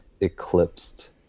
eclipsed